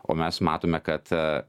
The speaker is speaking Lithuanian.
o mes matome kad